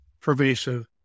pervasive